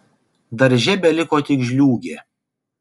darže beliko tik žliūgė